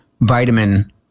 vitamin